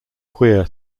queer